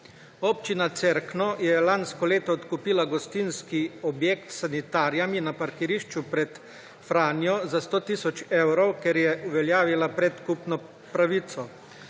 Občina Cerkno je lansko leto odkupila gostinski objekt s sanitarijami na parkirišču pred Franjo za 100 tisoč evrov, ker je uveljavila predkupno pravico.